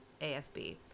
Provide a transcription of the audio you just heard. AFB